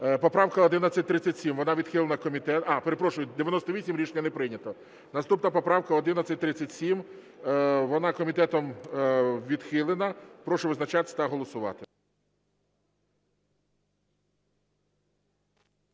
Поправка 1137, вона відхилена… Перепрошую, 98. Рішення не прийнято. Наступна поправка 1137. Вона комітетом відхилена. Прошу визначатися та голосувати.